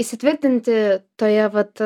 įsitvirtinti toje vat